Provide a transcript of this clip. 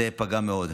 פגעו מאוד.